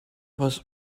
was